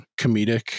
comedic